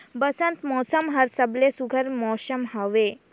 बंसत मउसम हर सबले सुग्घर मउसम हवे